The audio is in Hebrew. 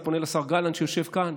ואני פונה לשר גלנט שיושב כאן: